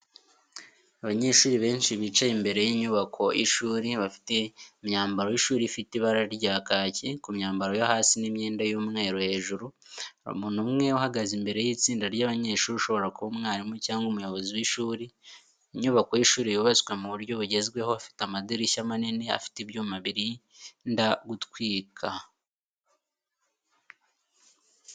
Abanyeshuri benshi bicaye imbere y’inyubako y’ishuri, bafite imyambaro y’ishuri ifite ibara rya kaki ku myambaro yo hasi n’imyenda y’umweru hejuru. Hari umuntu umwe uhagaze imbere y’itsinda ry’abanyeshuri ushobora kuba umwarimu cyangwa umuyobozi w’ishuri. Inyubako y’ishuri yubatswe mu buryo bugezweho ifite amadirishya manini afite ibyuma birinda no gutwika.